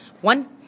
one